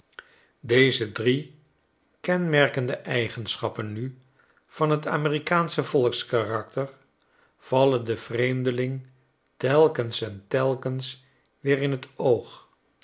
deze drie kenmerkende eigenschappen nu van t amerikaansche volkskarakter vallen den vreemdeling telkens en telkens weer in t oog